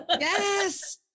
Yes